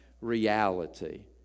reality